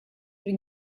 при